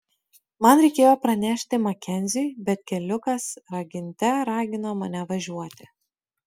man reikėjo pranešti makenziui bet keliukas raginte ragino mane važiuoti